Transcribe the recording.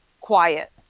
quiet